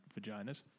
vaginas